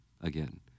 again